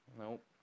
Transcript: Nope